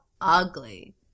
ugly